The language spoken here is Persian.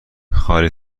خالی